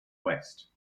west